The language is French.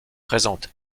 présente